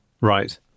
Right